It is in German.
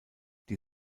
die